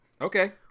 Okay